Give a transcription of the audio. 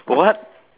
what